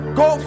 go